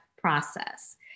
process